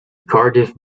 cardiff